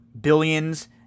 Billions